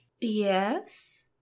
Yes